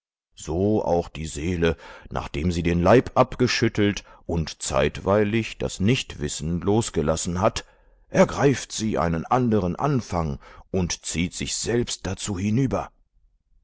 so auch die seele nachdem sie den leib abgeschüttelt und zeitweilig das nichtwissen losgelassen hat ergreift sie einen anderen anfang und zieht sich selbst dazu hinüber